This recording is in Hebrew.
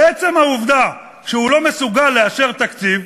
מעצם העובדה שהוא לא מסוגל לאשר תקציב,